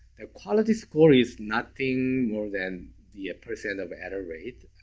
the quality score is nothing more than the percent of error rate,